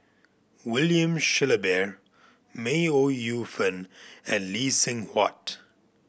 William Shellabear May Ooi Yu Fen and Lee Seng Huat